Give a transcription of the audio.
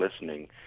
listening